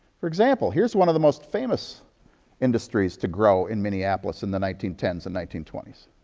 for example, here's one of the most famous industries to grow in minneapolis in the nineteen ten s and nineteen twenty s